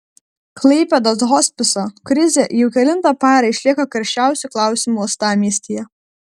klaipėdos hospiso krizė jau kelintą parą išlieka karščiausiu klausimu uostamiestyje